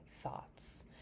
thoughts